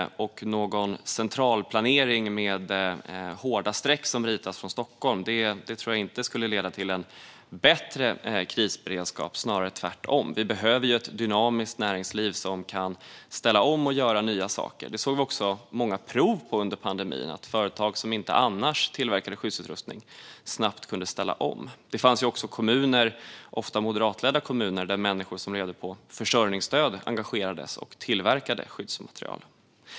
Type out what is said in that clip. En centralplanering med hårda streck som ritas från Stockholm tror jag inte skulle leda till en bättre krisberedskap, snarare tvärtom. Vi behöver ett dynamiskt näringsliv som kan ställa om och göra nya saker. Det såg vi också många prov på under pandemin. Företag som inte annars tillverkade skyddsutrustning kunde snabbt ställa om. Det fanns också kommuner, ofta moderatledda sådana, där människor som levde på försörjningsstöd engagerades och tillverkade skyddsmaterial.